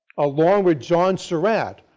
along with john surratt,